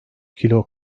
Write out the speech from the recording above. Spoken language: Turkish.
kilo